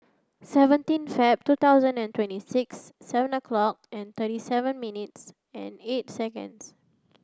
seventeen Feb two thousand and twenty six seven o'lock and twenty seven minutes and eighth seconds